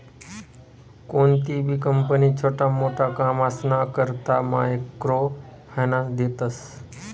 कोणतीबी कंपनी छोटा मोटा कामसना करता मायक्रो फायनान्स देस